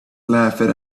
laughed